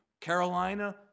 Carolina